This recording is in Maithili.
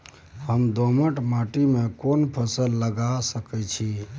हम दोमट माटी में कोन फसल लगाबै सकेत छी?